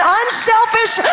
unselfish